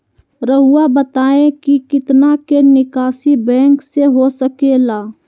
रहुआ बताइं कि कितना के निकासी बैंक से हो सके ला?